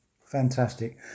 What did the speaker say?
Fantastic